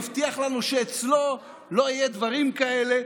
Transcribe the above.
מבטיח לנו שאצלו לא יהיו דברים כאלה,